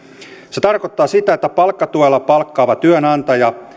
se tarkoittaa sitä että palkkatuella palkkaava työnantaja